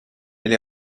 elle